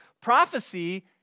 Prophecy